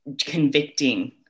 convicting